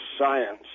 science